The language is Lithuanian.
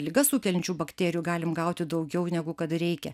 ligas sukeliančių bakterijų galim gauti daugiau negu kad reikia